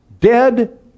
dead